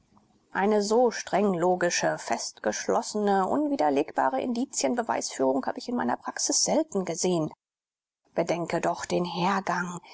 eine so strenglogische festgeschlossene unwiderlegbare indizienbeweisführung habe ich in meiner praxis selten gesehen bedenke doch den hergang